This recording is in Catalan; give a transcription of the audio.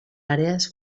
àrees